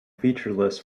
featureless